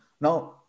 Now